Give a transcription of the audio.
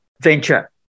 venture